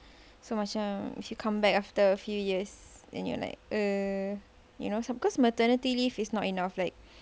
so macam if you come back after a few years then you're like uh you know some cause maternity leave is not enough like